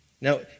Now